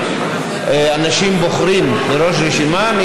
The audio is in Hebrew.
אנשים בעצם בוחרים בראש הרשימה.